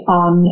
on